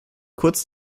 kurz